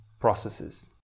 processes